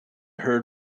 heard